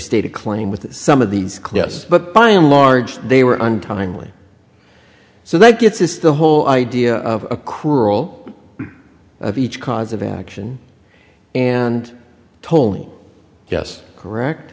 state a claim with some of these cliffs but by and large they were untimely so that gets us the whole idea of a cruel of each cause of action and tolling yes correct